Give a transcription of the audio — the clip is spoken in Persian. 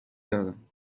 دارم